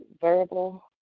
verbal